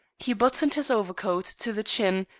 he buttoned his overcoat to the chin,